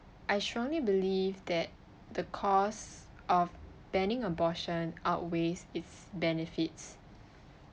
I strongly believe that the cause of banning abortion outweighs its benefits